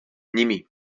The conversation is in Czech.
nimi